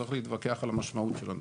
צריך להתווכח על המשמעות של הנתונים.